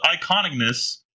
iconicness